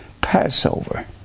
Passover